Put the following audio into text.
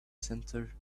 center